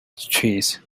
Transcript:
trees